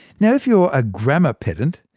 now if you're a grammar pedant,